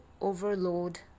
overload